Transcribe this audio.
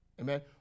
Amen